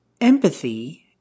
Empathy